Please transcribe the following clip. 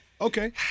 Okay